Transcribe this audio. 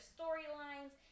storylines